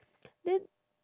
then